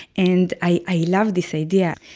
and i love this idea.